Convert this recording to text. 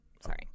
sorry